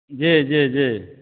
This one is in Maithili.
जी जी जी